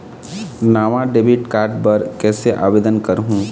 नावा debit card बर कैसे आवेदन करहूं?